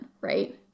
right